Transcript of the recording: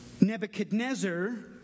Nebuchadnezzar